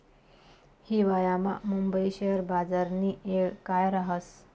हिवायामा मुंबई शेयर बजारनी येळ काय राहस